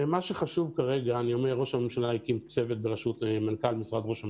מה שחשוב כרגע הוא שראש הממשלה הקים צוות בראשות מנכ"ל משרד ראש הממשלה,